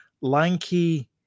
lanky